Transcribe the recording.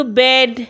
bed